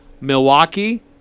Milwaukee